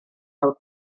pel